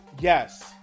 yes